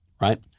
right